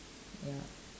ya